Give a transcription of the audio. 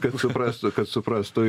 kad suprastų kad suprastų